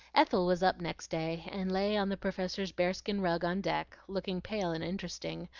ethel was up next day, and lay on the professor's bearskin rug on deck, looking pale and interesting,